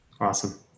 Awesome